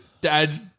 Dad's